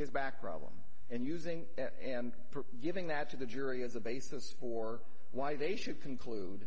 his back problem and using and giving that to the jury as a basis for why they should conclude